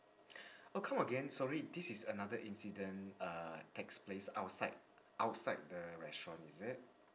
oh come again sorry this is another incident uh takes place outside outside the restaurant is it